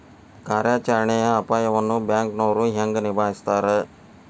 ಕಾರ್ಯಾಚರಣೆಯ ಅಪಾಯವನ್ನ ಬ್ಯಾಂಕನೋರ್ ಹೆಂಗ ನಿಭಾಯಸ್ತಾರ